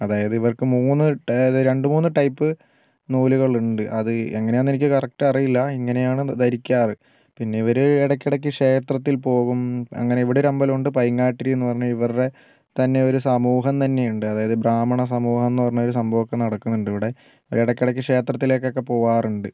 അതായത് ഇവർക്ക് മൂന്ന് രണ്ട് മൂന്ന് ടൈപ്പ് നൂലുകളുണ്ട് അത് എങ്ങായാണെന്ന് എനിക്ക് കറക്ട് അറിയില്ല എങ്ങനെയാണ് ധരിക്കാറ് പിന്നെ ഇവര് ഇടയ്ക്കിടയ്ക്ക് ക്ഷേത്രത്തിൽ പോകും അങ്ങനെ ഇവിടെ ഒരമ്പലം ഉണ്ട് പൈങ്ങാട്ടിരി എന്നു പറഞ്ഞ ഇവറുടെ തന്നെ ഒരു സമൂഹം തന്നെയുണ്ട് അതായത് ബ്രാഹ്മണ സമൂഹം എന്നു പറഞ്ഞ ഒരു സംഭവം ഒക്കെ നടക്കുന്നുണ്ട് ഇവിടെ ഇവർ ഇടയ്ക്കിടയ്ക്ക് ക്ഷേത്രത്തിലേക്കൊക്കെ പോവാറുണ്ട്